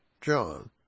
John